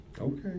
Okay